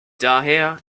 daher